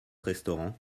restaurant